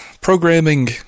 programming